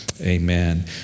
amen